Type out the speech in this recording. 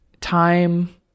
time